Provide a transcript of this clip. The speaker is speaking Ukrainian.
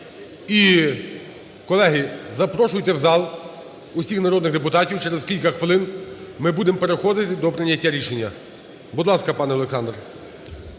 І, колеги, запрошуйте в зал усіх народних депутатів, через кілька хвилин ми будемо переходити до прийняття рішення. Будь ласка, пане Олександр.